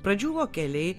pradžiūvo keliai